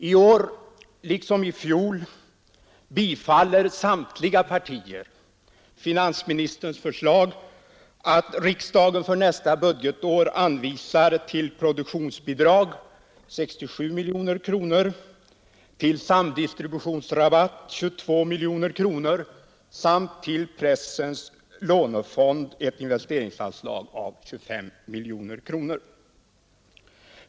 I år liksom i fjol tillstyrker samtliga partier finansministerns förslag att riksdagen för nästa budgetår anvisar till produktionsbidrag 67 miljoner kronor, till samdistributionsrabatt 22 miljoner kronor samt till pressens lånefond ett investeringsanslag av 25 miljoner kronor.